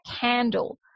candle